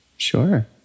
Sure